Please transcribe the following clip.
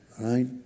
right